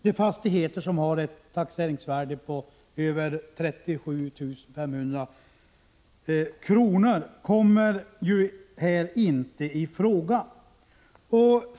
De fastigheter som har ett taxeringsvärde på över 37 500 kr. kommer här inte i fråga.